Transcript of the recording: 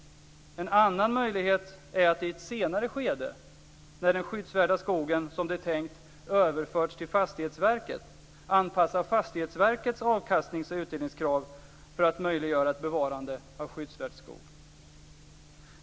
En annan möjlighet är att i ett senare skede, när den skyddsvärda skogen, som det är tänkt, överförs till Fastighetsverket, anpassa Fastighetsverkets avkastnings och utdelningskrav för att möjliggöra ett bevarande av skyddsvärd skog.